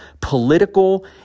political